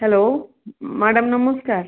hello madam ନମସ୍କାର